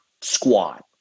squad